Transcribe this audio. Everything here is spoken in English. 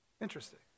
Interesting